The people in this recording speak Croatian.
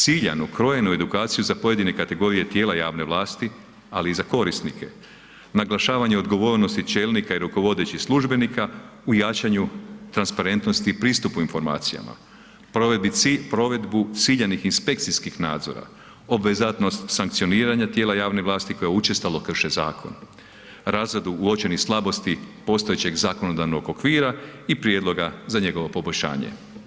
Ciljanu krojenu edukaciju za pojedine kategorije tijela javne vlasti, ali i za korisnike, naglašavanje odgovornosti čelnika i rukovodećih službenika u jačanju transparentnosti i pristupu informacijama, provedbu ciljnih inspekcijskih nadzora, obvezatnost sankcioniranja javne vlasti koje učestalo krše zakon, razradu uočenih slabosti postojećeg zakonodavnog okvira i prijedloga za njegovo poboljšanje.